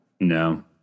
No